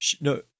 No